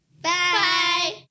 Bye